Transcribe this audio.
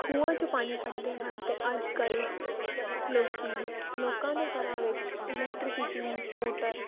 ਖੂਹਾਂ 'ਚੋਂ ਪਾਣੀ ਕੱਢਦੇ ਹਨ ਅਤੇ ਅੱਜ ਕੱਲ੍ਹ ਲੋਕ ਲੋਕਾਂ ਦੇ ਘਰਾਂ ਵਿੱਚ ਇਲੈਕਟ੍ਰੀਸਿਟੀ ਮੋਟਰ